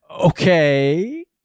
Okay